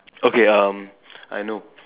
okay um I know